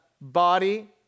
body